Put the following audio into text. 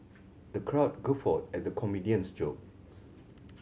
the crowd guffawed at the comedian's jokes